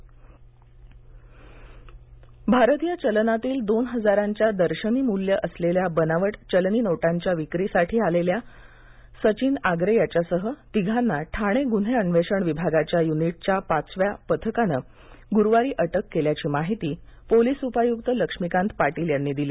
ठाणे चलन भारतीय चलनातील दोन हजारांच्या दर्शनी मूल्य असलेल्या बनावट चलनी नोटांच्या विक्रीसाठी आलेल्या सचिन आगरे याच्यासह तिघांना ठाणे गुन्हे अन्वेषण विभागाच्या युनिट पाचच्या पथकाने गुरुवारी अटक केल्याची माहिती पोलीस उपायुक्त लक्ष्मीकांत पाटील यांनी दिली